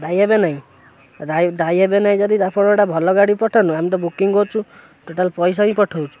ଦାୟୀ ହେବେ ନାହିଁ ଦାୟୀ ହେବେ ନାହିଁ ଯଦି ଆପଣ ଗୋଟେ ଭଲ ଗାଡ଼ି ପଠାନ୍ତୁ ଆମେ ତ ବୁକିଂ କରିଛୁ ଟୋଟାଲ୍ ପଇସା ହିଁ ପଠଉଛୁ